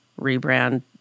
rebrand